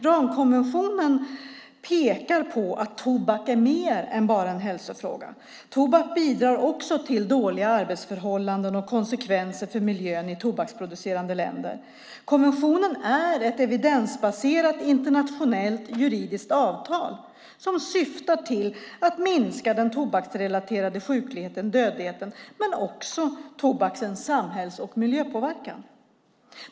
Ramkonventionen pekar på att tobak är mer än bara en hälsofråga. Tobak bidrar också till dåliga arbetsförhållanden och konsekvenser för miljön i tobaksproducerande länder. Konventionen är ett evidensbaserat internationellt juridiskt avtal som syftar till att minska den tobaksrelaterade sjukligheten och dödligheten men också tobakens samhälls och miljöpåverkan.